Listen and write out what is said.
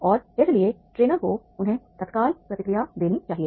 और इसलिए ट्रेनर को उन्हें तत्काल प्रतिक्रिया देनी चाहिए